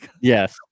Yes